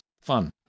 fun